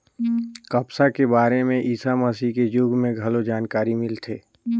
कपसा के बारे में ईसा मसीह के जुग में घलो जानकारी मिलथे